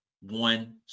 one